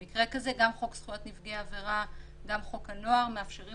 במקרה כזה גם חוק זכויות נפגעי עברה וגם חוק הנוער מאפשרים